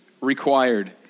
required